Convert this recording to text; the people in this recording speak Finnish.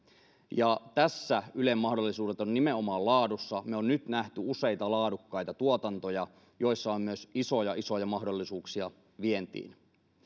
tässä ylen mahdollisuudet ovat nimenomaan laadussa me olemme nyt nähneet useita laadukkaita tuotantoja joissa on myös isoja isoja mahdollisuuksia vientiin